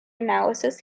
analysis